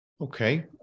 okay